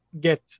Get